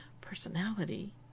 personality